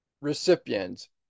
recipients